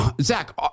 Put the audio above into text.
Zach